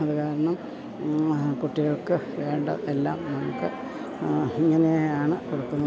അത് കാരണം കുട്ടികൾക്കു വേണ്ട എല്ലാം നമുക്ക് ഇങ്ങനെയാണ് കൊടുക്കുന്നത്